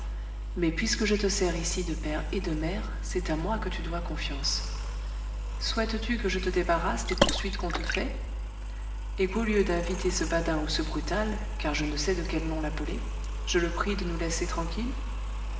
mais puisque je te sers ici de père et de mère c'est à moi que tu dois confiance souhaites tu que je te débarrasse des poursuites qu'on te fait et qu'au lien d'inviter ce badin ou ce brutal car je ne sais de quel nom l'appeler je le prie de nous laisser tranquilles